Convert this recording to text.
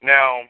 Now